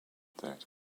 that